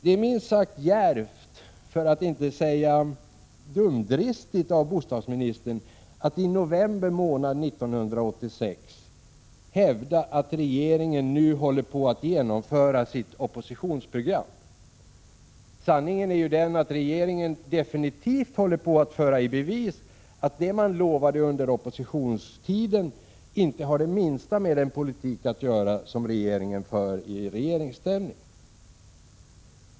Det är minst sagt djärvt för att inte säga dumdristigt av bostadsministern att i november månad 1986 hävda att regeringen nu håller på att genomföra sitt oppositionsprogram. Sanningen är ju den att regeringen definitivt håller på att föra i bevis att det man lovade under oppositionstiden inte har det minsta att göra med den politik man för i regeringsställning.